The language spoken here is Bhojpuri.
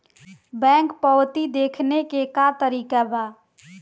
बैंक पवती देखने के का तरीका बा?